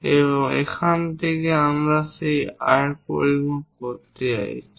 এবং এখান থেকে আমরা সেই আর্ক পরিমাপ করতে যাচ্ছি